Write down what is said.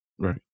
Right